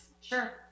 Sure